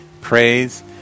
praise